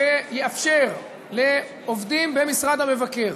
שיאפשר לעובדים במשרד המבקר